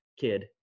kid